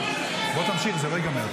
--- בוא תמשיך, זה לא ייגמר.